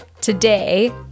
Today